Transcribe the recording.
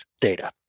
data